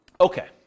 Okay